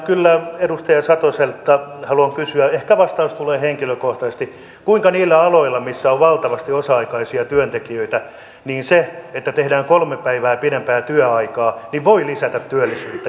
kyllä edustaja satoselta haluan kysyä ehkä vastaus tulee henkilökohtaisesti kuinka niillä aloilla missä on valtavasti osa aikaisia työntekijöitä se että tehdään kolme päivää pidempää työaikaa voi lisätä työllisyyttä ja työllisten määrää